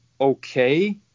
okay